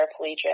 paraplegic